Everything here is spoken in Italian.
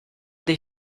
dei